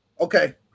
Okay